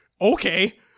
okay